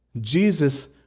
Jesus